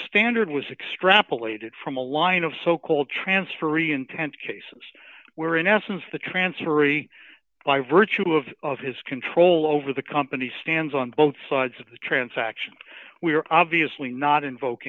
standard was extrapolated from a line of so called transferee intent cases where in essence the transferee by virtue of of his control over the company stands on both sides of the transaction we are obviously not invok